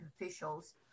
officials